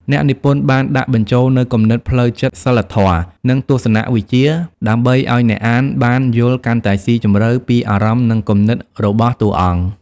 អ្នកនិពន្ធបានដាក់បញ្ចូលនូវគំនិតផ្លូវចិត្ត សីលធម៌ និងទស្សនវិជ្ជាដើម្បីឲ្យអ្នកអានបាន យល់កាន់តែស៊ីជម្រៅពីអារម្មណ៍ និងគំនិតរបស់តួអង្គ។